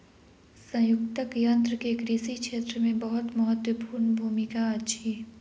संयुक्तक यन्त्र के कृषि क्षेत्र मे बहुत महत्वपूर्ण भूमिका अछि